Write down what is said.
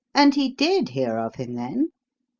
and he did hear of him, then?